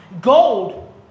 Gold